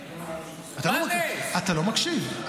אתה לא מקשיב.